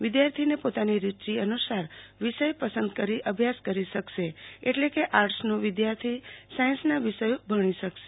વિદ્યાર્થીને પોતાની રૂચિ અનુસાર વિષય પસંદગી કરી અભ્યાસ કરી શકશે એટલે કે આર્ટસનો વિદ્યાર્થી સાઈન્સના વિષયો ભણી શકશે